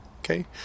Okay